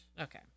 Okay